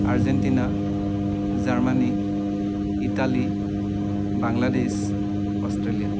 Argentina Germany Italy Bangladesh Australia